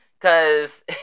Cause